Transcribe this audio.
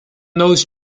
those